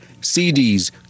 CDs